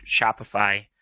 Shopify